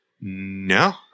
No